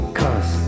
cause